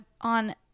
on